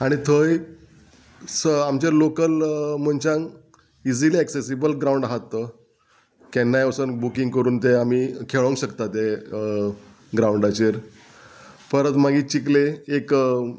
आनी थंय स आमचे लोकल मनशांक इजिली एक्सेसीबल ग्रावंड आहात तो केन्नाय वचोन बुकींग करून ते आमी खेळोंक शकता ते ग्रावंडाचेर परत मागीर चिकले एक